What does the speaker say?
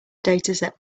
dataset